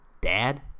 Dad